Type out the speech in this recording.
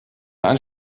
ein